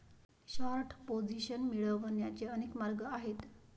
short position मिळवण्याचे अनेक मार्ग आहेत